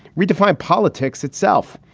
redefine politics itself.